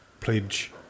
pledge